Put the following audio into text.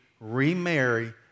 remarry